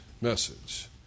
message